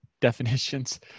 definitions